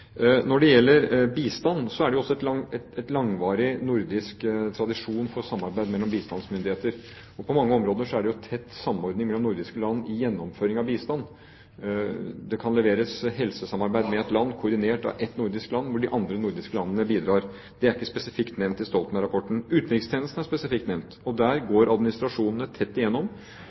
Når det gjelder bistand, er det jo også en langvarig nordisk tradisjon for samarbeid mellom bistandsmyndigheter, og på mange områder er det tett samordning mellom nordiske land i gjennomføring av bistand. Det kan leveres helsesamarbeid med et land koordinert av ett nordisk land hvor de andre nordiske landene bidrar. Det er ikke spesifikt nevnt i Stoltenberg-rapporten. Utenrikstjenesten er spesifikt nevnt, og der går administrasjonene tett igjennom.